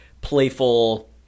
playful